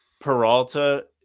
Peralta